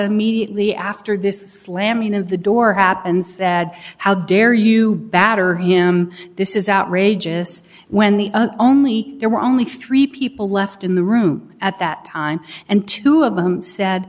immediately after this slamming of the door happened said how dare you batter him this is outrageous when the only there were only three people left in the room at that time and two of them said